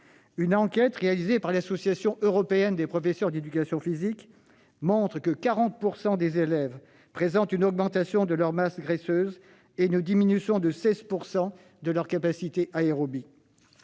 Une enquête réalisée par l'Association européenne des professeurs d'éducation physique et sportive montre que 40 % des élèves présentent une augmentation de leur masse graisseuse et une diminution de 16 % de leurs capacités aérobies.